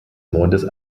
mondes